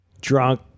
drunk